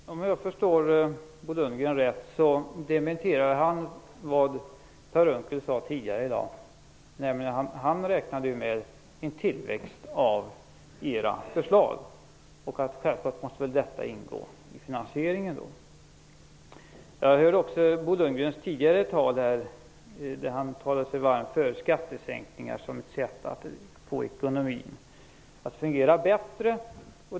Herr talman! Om jag förstår Bo Lundgren rätt dementerar han vad Per Unckel sade tidigare i dag. Han räknade med att era förslag skulle skapa tillväxt. Det måste väl då ingå i finansieringen? Jag hörde också Bo Lundgrens tidigare anförande. Han talade sig varm för skattesänkningar som ett sätt att få ekonomin att fungera bättre.